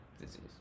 Disease